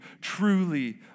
truly